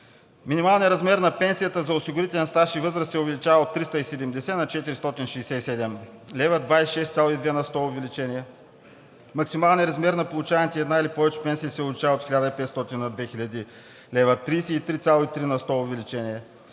Минималният размер на пенсията за осигурителен стаж и възраст се увеличава от 370 на 467 лв. – 26,2% увеличение. Максималният размер на получаваните една или повече пенсии се увеличават от 1500 на 2000 лв., 33,3% увеличение.